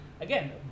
again